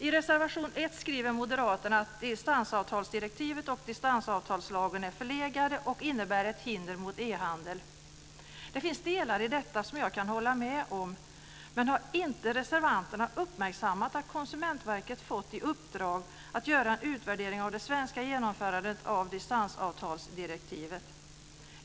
I reservation 1 skriver Moderaterna att distansavtalsdirektivet och distansavtalslagen är förlegade och innebär ett hinder mot e-handel. Det finns delar i detta som jag kan hålla med om, men har inte reservanterna uppmärksammat att Konsumentverket fått i uppdrag att göra en utvärdering av det svenska genomförandet av distansavtalsdirektivet?